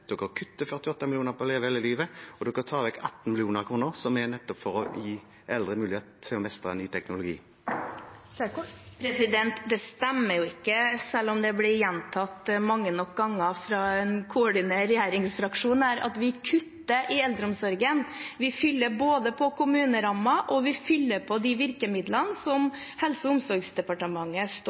48 mill. kr til «Leve hele livet» og tar vekk 18 mill. kr som nettopp er for å gi eldre en mulighet til å mestre ny teknologi. Det stemmer ikke, selv om det blir gjentatt mange nok ganger fra en koordinert regjeringsfraksjon, at vi kutter i eldreomsorgen. Vi fyller både på kommunerammen, og vi fyller på de virkemidlene som Helse- og omsorgsdepartementet